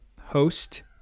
host